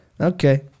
Okay